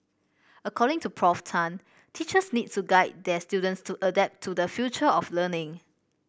according to Prof Tan teachers need to guide their students to adapt to the future of learning